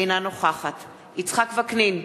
אינה נוכחת יצחק וקנין,